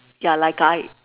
ya like I